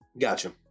Gotcha